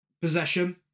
possession